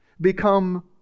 become